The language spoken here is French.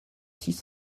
six